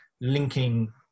linking